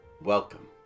welcome